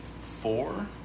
four